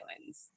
islands